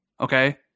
okay